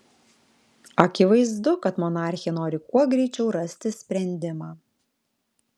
akivaizdu kad monarchė nori kuo greičiau rasti sprendimą